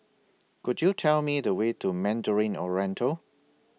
Could YOU Tell Me The Way to Mandarin Oriental